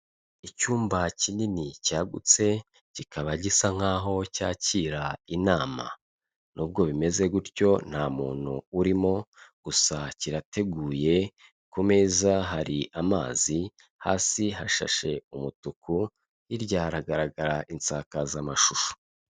Icyumba kinini cyagutse kikaba gisa nk'aho cyakira inama, n'ubwo bimeze gutyo nta muntu urimo gusa kirateguye ku meza hari amazi, hasi hashashe umutuku, hirya hagaragara insakazamashusho.